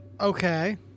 Okay